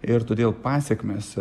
ir todėl pasekmės